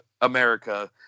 America